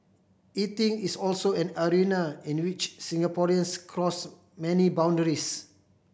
eating is also an arena in which Singaporeans cross many boundaries